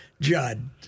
Judd